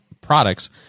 products